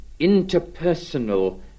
interpersonal